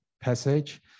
Passage